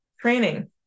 training